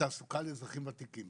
לתעסוקה לאזרחים ותיקים.